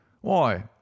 Why